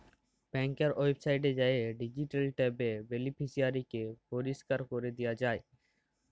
ব্যাংকের ওয়েবসাইটে যাঁয়ে ডিলিট ট্যাবে বেলিফিসিয়ারিকে পরিষ্কার ক্যরে দিয়া যায়